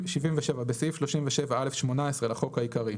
77. בסעיף 37א18 לחוק העיקרי,